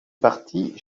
partie